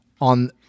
on